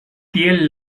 tiel